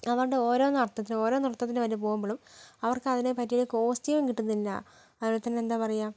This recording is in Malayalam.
അവരുടെ ഓരോ നർത്തത്തിനും ഓരോ നൃത്തത്തിന് അവർ പോകുമ്പോഴും അവർക്കതിനെ പറ്റിയ കോസ്റ്റ്യൂം കിട്ടുന്നില്ല അതുപോലെതന്നെ എന്താ പറയാ